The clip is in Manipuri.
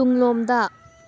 ꯇꯨꯡꯂꯣꯝꯗ